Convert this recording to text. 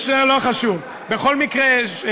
חבר הכנסת מיקי זוהר,